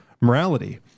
morality